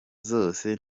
zose